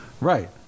Right